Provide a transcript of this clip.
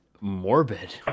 morbid